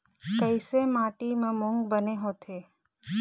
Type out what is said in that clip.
कइसे माटी म मूंग बने होथे?